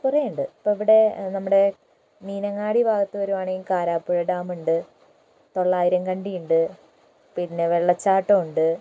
കുറേയുണ്ട് ഇപ്പോൾ ഇവിടെ നമ്മുടെ മീനങ്ങാടി ഭാഗത്ത് വരികയാണേൽ കാരാപ്പുഴ ഡാമുണ്ട് തൊള്ളായിരം കണ്ടി ഉണ്ട് പിന്നെ വെള്ളച്ചാട്ടമുണ്ട്